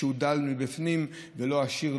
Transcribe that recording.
שהוא דל מבפנים ולא עשיר,